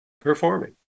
performing